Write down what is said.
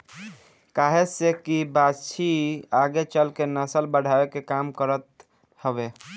काहे से की बाछी आगे चल के नसल बढ़ावे के काम करत हवे